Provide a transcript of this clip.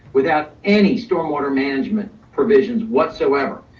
without any storm water management provisions whatsoever.